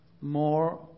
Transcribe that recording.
more